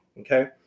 Okay